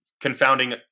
confounding